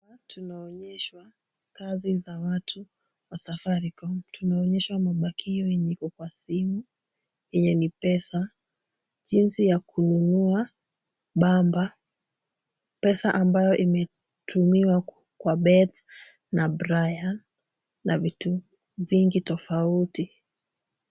Hapa tunaonyeshwa kazi za watu wa Safaricom. Tunaonyeshwa mabakio yenye iko kwa simu yenye ni pesa, jinsi ya kununua bamba . Pesa ambayo imetumiwa kwa Beth na Brian na vitu vingi tofauti.